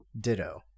Ditto